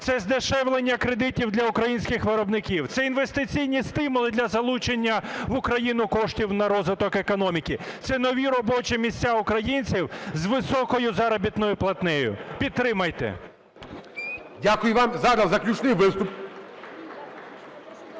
це здешевлення кредитів для українських виробників, це інвестиційні стимули для залучення в Україну коштів на розвиток економіки, це нові робочі місця Українців з високою заробітною платнею. Підтримайте! ГОЛОВУЮЧИЙ. Дякую вам. Зараз заключний виступ.